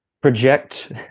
project